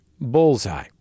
bullseye